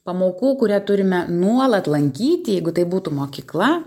pamokų kurią turime nuolat lankyti jeigu tai būtų mokykla